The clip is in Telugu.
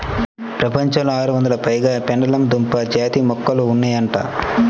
ప్రపంచంలో ఆరొందలకు పైగా పెండలము దుంప జాతి మొక్కలు ఉన్నాయంట